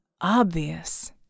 obvious